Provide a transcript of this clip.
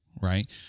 right